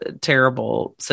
terrible